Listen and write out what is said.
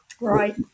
Right